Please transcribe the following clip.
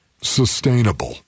sustainable